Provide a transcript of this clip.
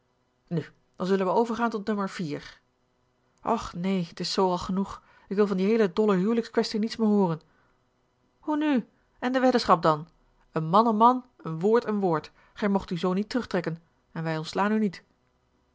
nu dan zullen wij overgaan tot nommer vier och neen t is zoo al genoeg ik wil van die heele dolle huwelijkskwestie niets meer hooren hoe nu en de weddenschap dan een man een man een woord een woord gij moogt u zoo niet terugtrekken en wij ontslaan u niet